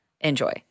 enjoy